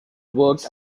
worked